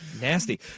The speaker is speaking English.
Nasty